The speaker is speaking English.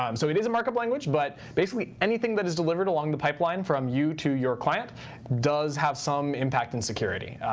um so it is a markup language. but basically anything that is delivered along the pipeline from you to your client does have some impact in security.